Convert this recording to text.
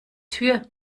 tür